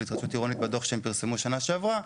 להתחדשות עירונית בדוח שהם פרסמו בשנה שעברה.